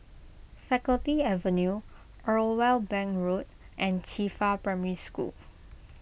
Faculty Avenue Irwell Bank Road and Qifa Primary School